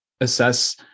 assess